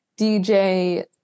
dj